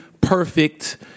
perfect